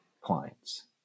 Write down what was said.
clients